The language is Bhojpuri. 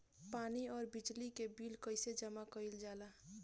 पानी और बिजली के बिल कइसे जमा कइल जाला?